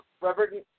Reverend